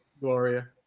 Gloria